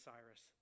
Cyrus